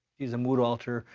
he's a mood alterer,